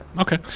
Okay